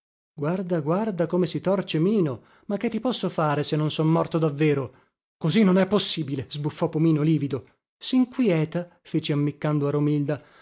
guarda guarda come si torce mino ma che ti posso fare se non son morto davvero così non è possibile sbuffò pomino livido sinquieta feci ammiccando a romilda